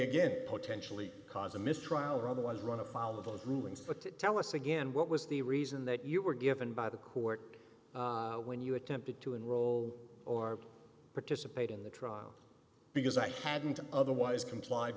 again potentially cause a mistrial or otherwise run afoul of those rulings but to tell us again what was the reason that you were given by the court when you attempted to enroll or participate in the trial because i hadn't otherwise complied